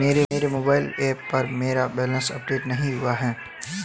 मेरे mobile app पर मेरा बैलेंस अपडेट नहीं हुआ है